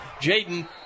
Jaden